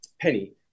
Penny